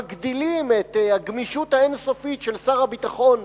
מגדילים את הגמישות האין-סופית של שר הביטחון.